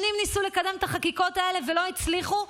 שנים ניסו לקדם את החקיקות האלה ולא הצליחו,